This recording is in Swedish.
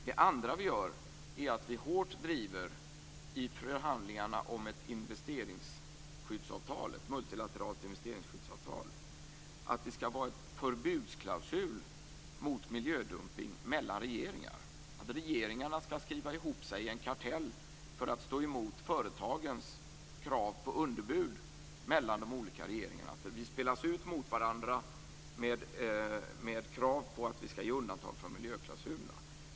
Det andra vi gör är att vi är hårt drivande i förhandlingarna om ett multilateralt investeringsskyddsavtal. Det skall vara en förbudsklausul mot miljödumpning mellan regeringar. Regeringarna skall skriva ihop sig i en kartell för att stå emot företagens krav på underbud mellan de olika regeringarna. Vi spelas ut mot varandra med krav på att vi skall ge undantag från miljöklausulerna.